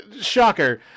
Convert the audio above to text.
shocker